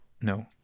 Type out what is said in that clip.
No